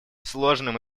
сложным